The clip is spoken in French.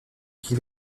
qui